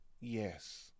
Yes